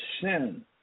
sin